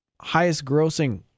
highest-grossing